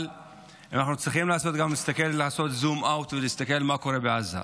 אבל אנחנו צריכים לעשות זום אאוט ולהסתכל על מה שקורה בעזה: